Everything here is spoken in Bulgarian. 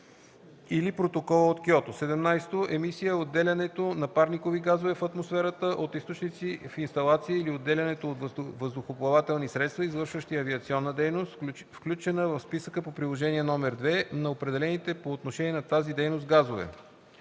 или Протокола от Киото. 17. „Емисия” е отделянето на парникови газове в атмосферата от източници в инсталация или отделянето от въздухоплавателни средства, извършващи авиационна дейност, включена в списъка по Приложение № 2, на определените по отношение на тази дейност газове.